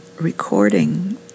recording